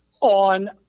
on